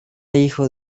hijo